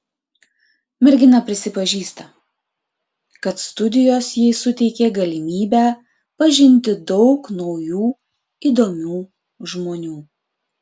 mergina prisipažįsta kad studijos jai suteikė galimybę pažinti daug naujų įdomių žmonių